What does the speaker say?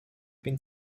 been